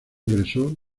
ingresó